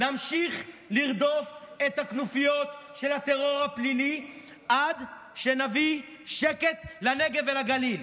נמשיך לרדוף את הכנופיות של הטרור הפלילי עד שנביא שקט לנגב ולגליל.